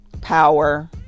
power